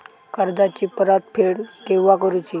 कर्जाची परत फेड केव्हा करुची?